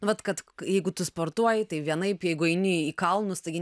vat kad jeigu tu sportuoji tai vienaip jeigu eini į kalnus taigi